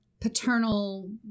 paternal